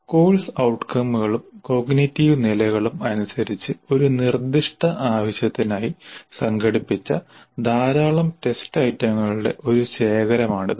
course ഔട്കമുകളും cognitive നിലകളും അനുസരിച്ച് ഒരു നിർദ്ദിഷ്ട ആവശ്യത്തിനായി സംഘടിപ്പിച്ച ധാരാളം ടെസ്റ്റ് ഐറ്റങ്ങളുടെ ഒരു ശേഖരമാണിത്